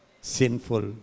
sinful